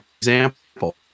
example